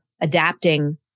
adapting